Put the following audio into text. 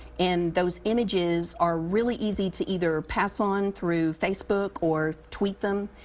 and those images are really easy to either pass on through facebook or tweet them,